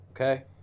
okay